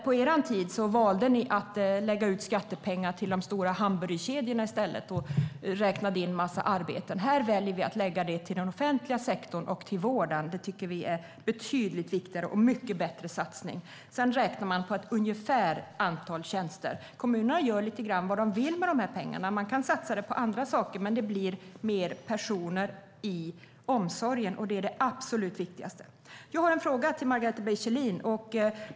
På er tid valde ni att lägga ut skattepengar till de stora hamburgerkedjorna i stället och räknade in en massa arbeten. Här väljer vi att lägga skattepengar till den offentliga sektorn och vården. Det tycker vi är en betydligt viktigare och mycket bättre satsning. Sedan räknar vi på ett ungefärligt antal tjänster. Kommunerna gör lite grann vad de vill med de här pengarna. De kan satsa dem på annat, men det blir fler personer i omsorgen, och det är det absolut viktigaste. Jag har en fråga till Margareta B Kjellin.